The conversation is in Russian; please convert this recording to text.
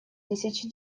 тысячи